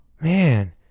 Man